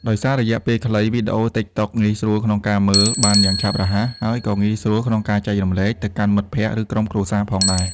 ដោយសាររយៈពេលខ្លី វីដេអូ TikTok ងាយស្រួលក្នុងការមើល បានយ៉ាងឆាប់រហ័ស ហើយក៏ ងាយស្រួលក្នុងការចែករំលែក ទៅកាន់មិត្តភក្ដិ ឬក្រុមគ្រួសារផងដែរ។